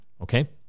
Okay